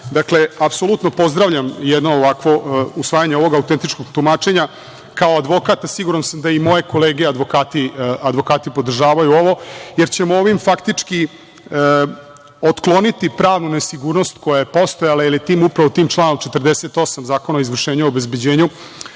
apsolutno pozdravljam jedno ovakvo usvajanje ovog autentičnog tumačenja, kao advokat, a siguran sam da i moje kolege advokati podržavaju ovo, jer ćemo ovim faktički otkloniti pravnu nesigurnost koja je postojala, jer upravo tim članom 48. Zakona o izvršenju i obezbeđenju